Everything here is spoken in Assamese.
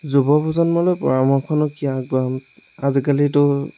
যুৱ প্ৰজন্মলৈ পৰামৰ্শনো কি আগবঢ়াম আজিকালিতো